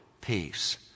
peace